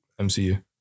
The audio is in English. MCU